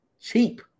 cheap